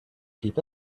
keep